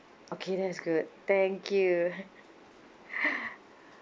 okay that's good thank you